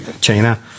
China